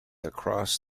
across